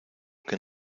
que